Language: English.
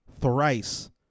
thrice